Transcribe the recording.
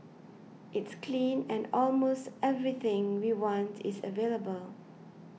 it's clean and almost everything we want is available